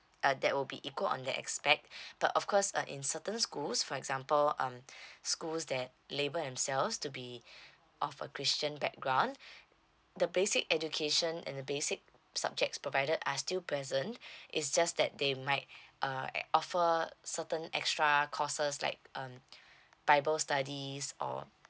uh that will be equal on that aspect but of course uh in certain schools for example um schools that label themselves to be of a christian background the basic education and the basic subjects provided are still present it's just that they might uh at offer certain extra courses like um bible study or